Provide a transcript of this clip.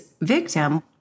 victim